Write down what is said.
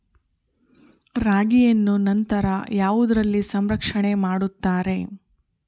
ರಾಗಿಯನ್ನು ನಂತರ ಯಾವುದರಲ್ಲಿ ಸಂರಕ್ಷಣೆ ಮಾಡುತ್ತಾರೆ?